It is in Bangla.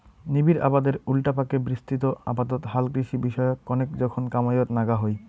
নিবিড় আবাদের উল্টাপাকে বিস্তৃত আবাদত হালকৃষি বিষয়ক কণেক জোখন কামাইয়ত নাগা হই